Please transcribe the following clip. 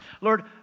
Lord